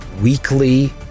weekly